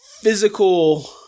physical